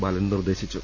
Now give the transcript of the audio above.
ബാലൻ നിർദ്ദേശിച്ചു